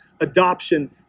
adoption